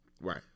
Right